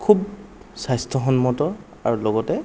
খুব স্বাস্থ্যসন্মত আৰু লগতে